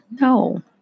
No